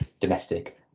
domestic